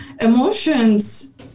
emotions